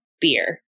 beer